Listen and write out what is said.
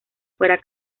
fuera